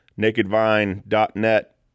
Nakedvine.net